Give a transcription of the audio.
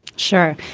sure.